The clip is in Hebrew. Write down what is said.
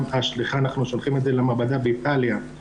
אנחנו שולחים את זה למעבדה באיטליה.